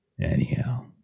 Anyhow